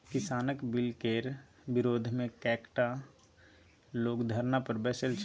किसानक बिलकेर विरोधमे कैकटा लोग धरना पर बैसल छै